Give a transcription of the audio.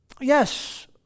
Yes